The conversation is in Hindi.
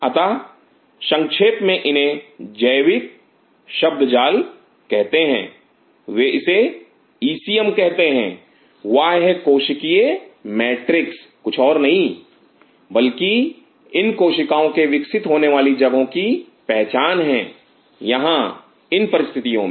अतः संक्षेप में इन्हें जैविक शब्दजाल कहते हैं वे इसे ईसीएम कहते हैं बाह्य कोशिकीय मैट्रिक्स कुछ और नहीं बल्कि इन कोशिकाओं के विकसित होने वाली जगहों की पहचान हैं यहां इन परिस्थितियों में